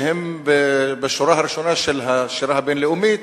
שהם בשורה הראשונה של השירה הבין-לאומית,